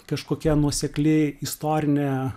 kažkokia nuosekli istorinė